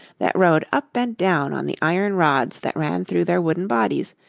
that rose up and down on the iron rods that ran through their wooden bodies,